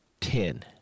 ten